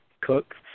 Cook